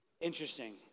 Interesting